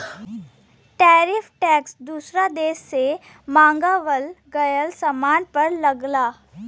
tariff tax दूसर देश से मंगावल गयल सामान पर लगला